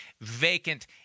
vacant